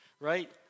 right